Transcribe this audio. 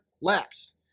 laps